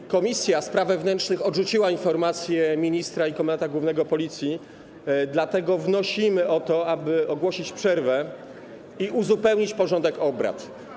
Komisja Administracji i Spraw Wewnętrznych odrzuciła informację ministra i komendanta głównego Policji, dlatego wnosimy o to, aby ogłosić przerwę i uzupełnić porządek obrad.